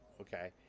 okay